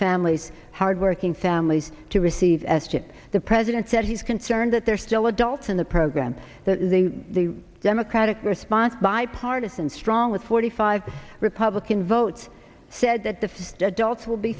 families hard working families to receive s chip the president said he's concerned that they're still adults in the program that the democratic response bipartisan strong with forty five republican votes said that the first adults will be